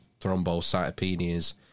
thrombocytopenias